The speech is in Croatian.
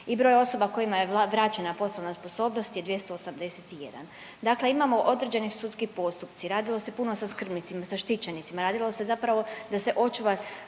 I broj osoba kojima je vraćena poslovna sposobnost je 281. Dakle, imamo određeni sudski postupci, radilo se puno sa skrbnicima, sa štićenicima, radilo se zapravo da se očuva